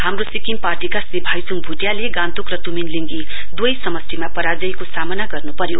हाम्रो सिक्किम पार्टीका श्री भाइच्ङ भ्टियाले गान्तोक र तुमिन लिंगी द्वै समस्टिमा पराजयको सामना गर्नु पर्यो